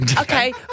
okay